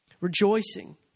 Rejoicing